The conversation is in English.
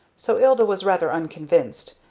so ilda was rather unconvinced,